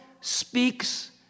speaks